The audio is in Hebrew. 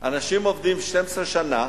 אנשים עובדים 12 שנה,